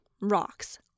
rocks